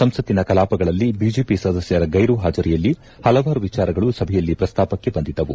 ಸಂಸತ್ತಿನ ಕಲಾಪಗಳಲ್ಲಿ ಬಿಜೆಪಿ ಸದಸ್ಟರ ಗೈರು ಹಾಜರಿಯಲ್ಲಿ ಹಲವಾರು ವಿಚಾರಗಳು ಸಭೆಯಲ್ಲಿ ಪ್ರಸ್ತಾಪಕ್ಕೆ ಬಂದಿದ್ದವು